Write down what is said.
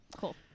cool